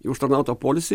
į užtarnautą poilsį